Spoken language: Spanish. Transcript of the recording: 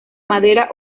madera